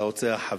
אתה רוצה, החבר.